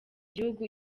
gihugu